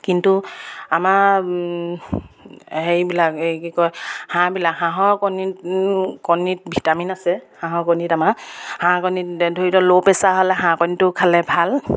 কিন্তু আমাৰ হেৰিবিলাক এই কি কয় হাঁহবিলাক হাঁহৰ কণীত কণীত ভিটামিন আছে হাঁহৰ কণীত আমাৰ হাঁহ কণীত ধৰি লওক ল' প্ৰেছাৰ হ'লে হাঁহ কণীটো খালে ভাল